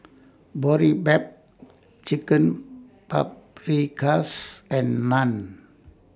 Boribap Chicken Paprikas and Naan